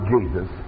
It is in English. Jesus